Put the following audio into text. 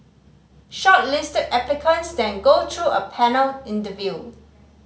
shortlisted applicants then go through a panel interview